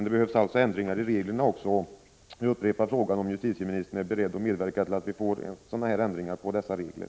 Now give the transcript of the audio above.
Det behövs alltså ändringar i reglerna, och jag upprepar frågan som jag ställde i mitt första anförande: Är justitieministern beredd att medverka till att det sker en sådan ändring?